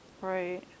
Right